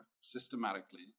systematically